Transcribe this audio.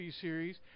series